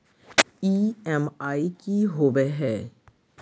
EMI की होवे है?